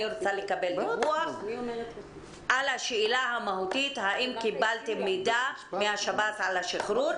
אני רוצה לקבל דיווח על השאלה המהותית אם קיבלתם מידע מהשב"ס על השחרור,